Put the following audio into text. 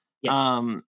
Yes